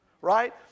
Right